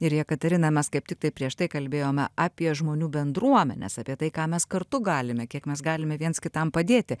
ir jekaterina mes kaip tiktai prieš tai kalbėjome apie žmonių bendruomenes apie tai ką mes kartu galime kiek mes galime viens kitam padėti